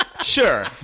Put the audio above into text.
Sure